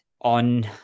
on